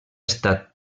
estat